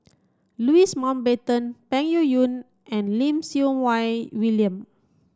Louis Mountbatten Peng Yuyun and Lim Siew Wai William